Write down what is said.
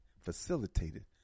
facilitated